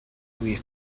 weave